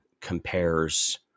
compares